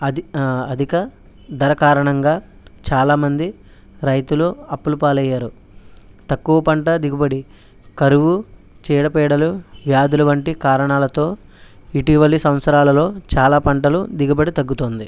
అది అధిక ధర కారణంగా చాలామంది రైతులు అప్పలపాలయ్యారు తక్కువ పంట దిగుబడి కరువు చీడపేడలు వ్యాధులు వంటి కారణాలతో ఇటీవల సంవత్సరాలలో చాలా పంటలు దిగబడి తగ్గుతుంది